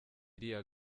iriya